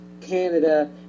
Canada